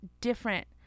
different